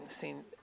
seen